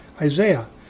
Isaiah